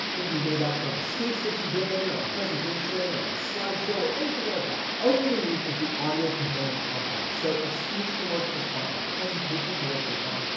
maybe made out from a speech that you've given, or a presentation, or a slideshow, or anything like that. all you really need is the audio component of that. so a speech can work just fine, a presentation can work just fine,